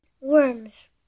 worms